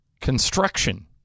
construction